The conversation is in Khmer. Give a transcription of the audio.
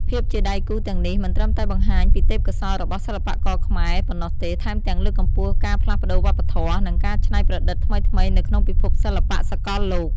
ភាពជាដៃគូទាំងនេះមិនត្រឹមតែបង្ហាញពីទេពកោសល្យរបស់សិល្បករខ្មែរប៉ុណ្ណោះទេ ថែមទាំងលើកកម្ពស់ការផ្លាស់ប្តូរវប្បធម៌ និងការច្នៃប្រឌិតថ្មីៗនៅក្នុងពិភពសិល្បៈសកលលោក។